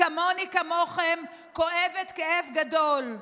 כמוני כמוכם, אני כואבת כאב גדול.